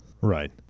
Right